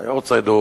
היארצייט,